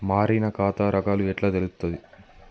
మారిన ఖాతా రకాలు ఎట్లా తెలుత్తది?